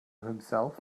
himself